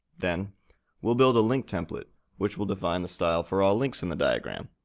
then we'll build a linktemplate, which will define the style for all links in the diagram.